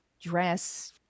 dress